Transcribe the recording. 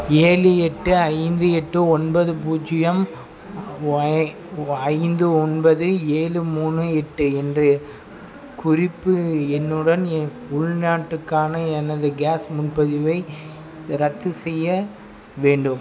ஏழு எட்டு ஐந்து எட்டு ஒன்பது பூஜ்ஜியம் ஐந்து ஒன்பது ஏழு மூணு எட்டு என்று குறிப்பு எண்ணுடன் எ உள்நாட்டுக்கான எனது கேஸ் முன்பதிவை ரத்து செய்ய வேண்டும்